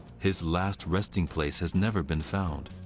his last resting place has never been found.